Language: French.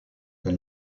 elle